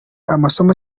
amasomo